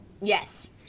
Yes